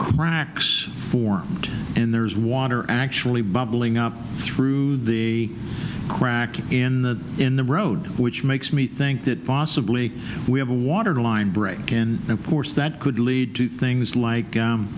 cracks formed and there's water actually bubbling up through the crack in the in the road which makes me think that possibly we have a waterline break and course that could lead to things like